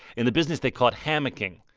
in the business, they call it hammocking.